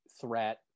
threat